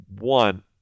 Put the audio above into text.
one